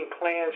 plans